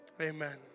Amen